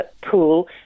pool